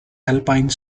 alpine